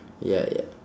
ya ya